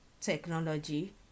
technology